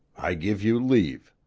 i give you leave.